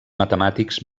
matemàtics